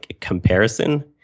comparison